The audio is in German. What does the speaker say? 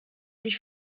mich